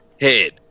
head